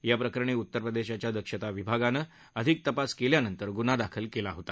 याप्रकरणी उत्तरप्रदेशच्या दक्षता विभागानं याप्रकरणी अधिक तपास केल्यानंतर गुन्हा दाखल केला होता